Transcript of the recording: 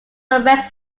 arrest